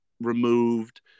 removed